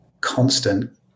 constant